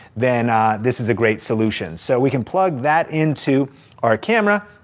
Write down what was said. then this is a great solution. so we can plug that into our camera.